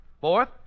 Fourth